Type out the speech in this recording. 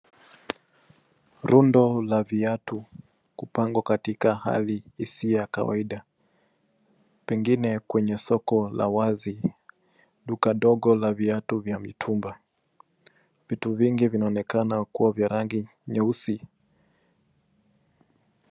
Rundo la viatu kupangwa katika hali isiyo ya kawaida. Pengine kwenye soko la wazi, duka ndogo la viatu vya mtumba. Vitu vingi vinaonekana kuwa vya rangi nyeusi.